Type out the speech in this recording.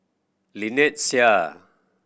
Lynnette Seah